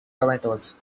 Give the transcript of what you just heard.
tomatoes